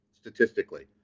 statistically